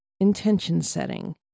intention-setting